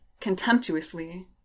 contemptuously